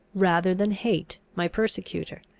rather than hate my persecutor.